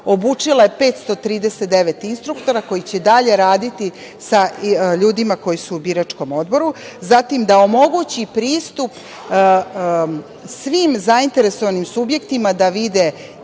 Obučila je 539 instruktora koji će dalje raditi sa ljudima koji su u biračkom odboru, da omogući pristup svim zainteresovanim subjektima da vide